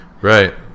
Right